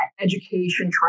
education